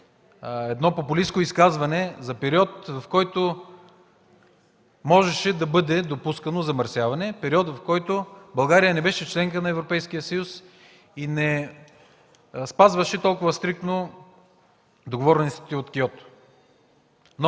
едно популистко изказване за период, в който можеше да бъде допускано замърсяване, период, в който Българя не беше членка на Европейския съюз и не спазваше толкова стриктно договореностите от Киото.